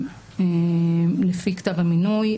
לפי כתב המינוי,